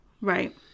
right